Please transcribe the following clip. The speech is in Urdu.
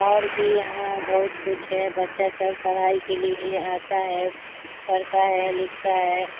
اور بھی یہاں بہت کچھ ہے بچہ سب پڑھائی کے لیے آتا ہے پڑھتا ہے لکھتا ہے